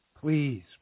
Please